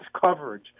coverage